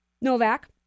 Novak